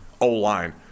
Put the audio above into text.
O-line